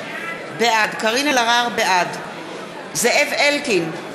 בעד זאב אלקין,